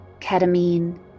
ketamine